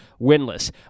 winless